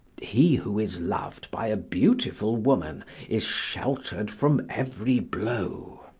he who is loved by a beautiful woman is sheltered from every blow